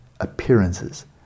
appearances